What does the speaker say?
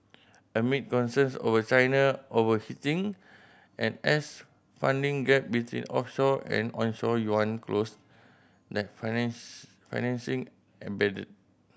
amid concerns over China overheating and as funding gap between offshore and onshore yuan closed that finance financing ebbed